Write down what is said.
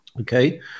okay